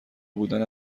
بودن